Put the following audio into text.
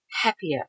happier